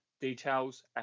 details